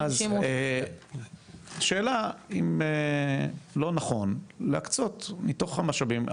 חמישים רוסיה -- השאלה אם לא נכון להקצות מתוך המשאבים.